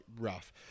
rough